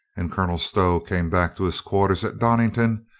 and colonel stow came back to his quarters at donnington,